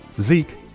Zeke